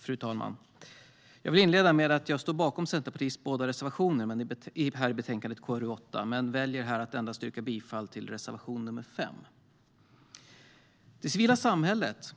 Fru talman! Jag vill inleda med att säga att jag står bakom Centerpartiets båda reservationer i betänkande KrU8, men jag väljer här att yrka bifall endast till reservation nr 5. Det civila samhället